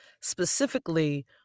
specifically